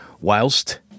whilst